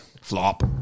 flop